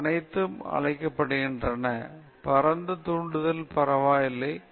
இந்த அனைத்து அழைக்கப்படுகின்றன பரந்த தூண்டுதல்கள் பரவாயில்லை